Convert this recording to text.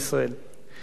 תודה רבה, אדוני.